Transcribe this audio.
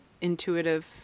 intuitive